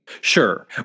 Sure